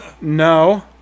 no